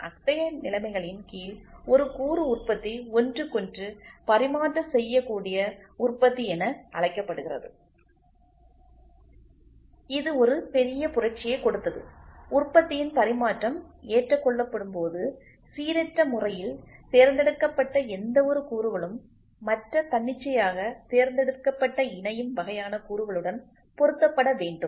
அத்தகைய நிலைமைகளின் கீழ் ஒரு கூறு உற்பத்தி ஒன்றுக்கொன்று பரிமாற்றம் செய்யக்கூடிய உற்பத்தி என அழைக்கப்படுகிறது இது ஒரு பெரிய புரட்சியைக் கொடுத்தது உற்பத்தியின் பரிமாற்றம் ஏற்றுக்கொள்ளப்படும்போது சீரற்ற முறையில் தேர்ந்தெடுக்கப்பட்ட எந்தவொரு கூறுகளும் மற்ற தன்னிச்சையாக தேர்ந்தெடுக்கப்பட்ட இணையும் வகையான கூறுகளுடன் பொருத்தப்பட வேண்டும்